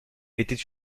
était